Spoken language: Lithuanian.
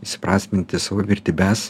įsiprasminti savo vertybes